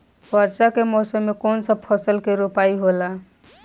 वर्षा के मौसम में कौन सा फसल के रोपाई होला?